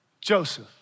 Joseph